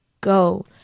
go